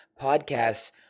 podcasts